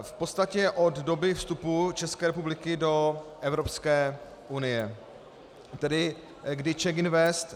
V podstatě od doby vstupu České republiky do Evropské unie, tedy kdy CzechInvest...